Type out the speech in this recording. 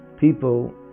people